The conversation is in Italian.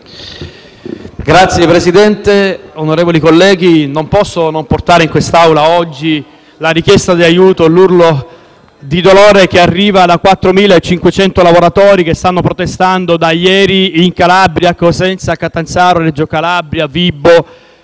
Signor Presidente, onorevoli colleghi, non posso non portare in quest'Aula oggi la richiesta di aiuto e l'urlo di dolore che arriva da 4.500 lavoratori, che stanno protestando da ieri in Calabria (a Cosenza, Catanzaro, Reggio Calabria, Vibo